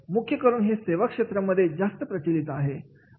मुख्य करून हे सेवा क्षेत्रामध्ये जास्त प्रचलित आहे